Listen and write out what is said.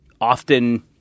often